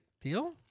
deal